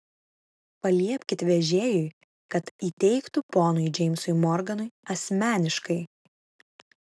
paliepkit vežėjui kad įteiktų ponui džeimsui morganui asmeniškai